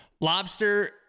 Lobster